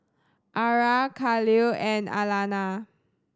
Ara Kahlil and Alana